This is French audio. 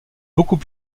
beaucoup